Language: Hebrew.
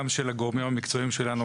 גם של הגורמים המקצועיים שלנו,